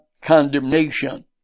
condemnation